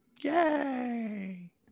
Yay